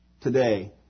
today